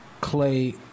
Clay